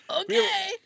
okay